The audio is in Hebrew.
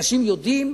אנשים יודעים,